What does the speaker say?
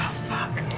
fuck.